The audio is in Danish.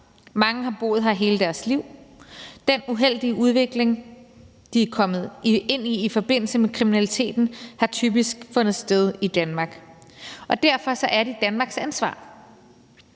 Mange har boet her hele deres liv. Den uheldige udvikling, de er kommet ind i i forbindelse med kriminaliteten, har typisk fundet sted i Danmark. Og derfor er de Danmarks ansvar,